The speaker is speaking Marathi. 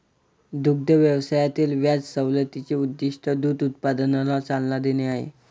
दुग्ध व्यवसायातील व्याज सवलतीचे उद्दीष्ट दूध उत्पादनाला चालना देणे आहे